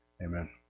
Amen